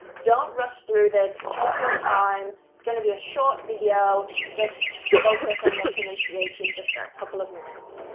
don't rush through this, take your time, it's gonna be a short video, just focus on your pronunciation just for a couple of minutes.